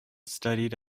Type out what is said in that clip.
studied